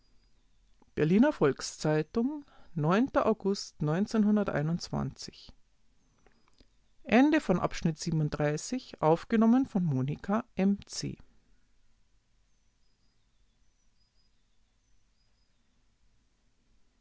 berliner volks-zeitung august